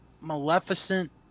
Maleficent